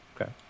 Okay